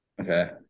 Okay